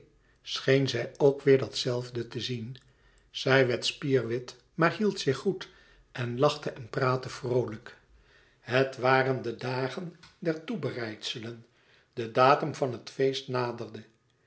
scheen zij ook weêr dat zelfde te zien zij werd spierwit maar hield zich goed en lachte en praatte vroolijk het waren de dagen der toebereidselen de datum van het feest naderde